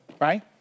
Right